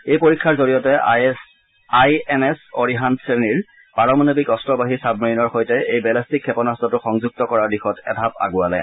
এই পৰীক্ষাৰ জৰিয়তে আই এন এছ অৰিহাণ্ট শ্ৰেণীৰ পাৰমাণৱিক অস্ত্ৰবাহী ছাবমেৰিনৰ সৈতে এই বেলেষ্টিক ক্ষেপণাস্ত্ৰটো সংযুক্ত কৰাৰ দিশত এঢাপ আণ্ডৱালে